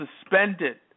suspended